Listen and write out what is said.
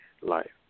life